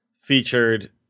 featured